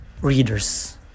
readers